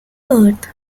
earth